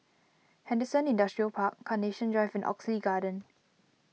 Henderson Industrial Park Carnation Drive and Oxley Garden